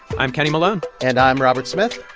i'm kenny malone and i'm robert smith.